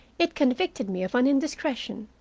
it convicted me of an indiscretion.